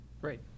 great